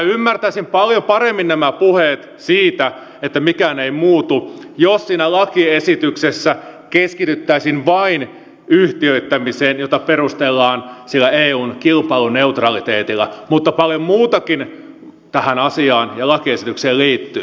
ymmärtäisin paljon paremmin nämä puheet siitä että mikään ei muutu jos siinä lakiesityksessä keskityttäisiin vain yhtiöittämiseen jota perustellaan sillä eun kilpailuneutraliteetilla mutta paljon muutakin tähän asiaan ja lakiesitykseen liittyy